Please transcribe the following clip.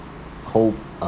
whole uh